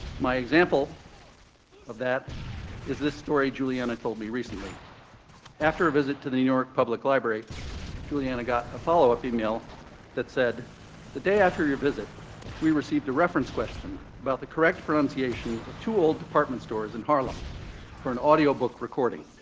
my example of that is this story julieanna told me recently after a visit to the new york public library julianna got a follow-up email that said the day after your visit we received a reference question about the correct pronunciation of two old department stores in harlem for an audiobook recording.